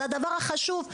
זה הדבר החשוב,